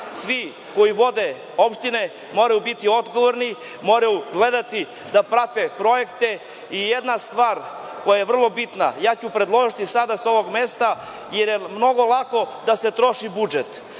svi koji vode opštine moraju biti odgovorni, moraju pratiti projekte. Jedna stvar koja je vrlo bitna, predložiću sada sa ovog mesta, jer je mnogo lako da se troši budžet,